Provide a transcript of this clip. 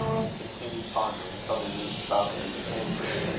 and continued pondering till they reached falconer's chambers.